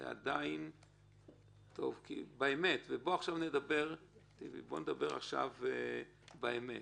טיבי, בוא נדבר עכשיו על האמת,